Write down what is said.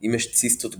- אם יש ציסטות גדולות,